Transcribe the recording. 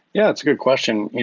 yeah, it's a good question.